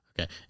Okay